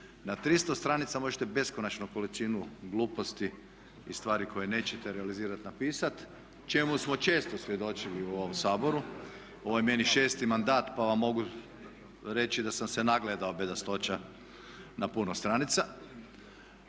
Na 300 stranica možete beskonačnu količinu gluposti i stvari koje nećete realizirati napisat čemu smo često svjedočili u ovom Saboru, ovo je meni šesti mandat pa vam mogu reći da sam se nagledao bedastoća na puno stranica,